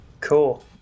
Cool